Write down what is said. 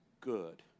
good